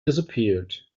disappeared